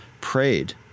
prayed